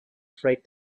freight